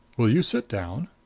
will you sit down?